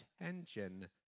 attention